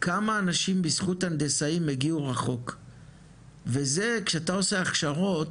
כמה אנשים בזכות הנדסאים הגיעו רחוק וזה כשאתה עושה הכשרות,